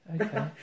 Okay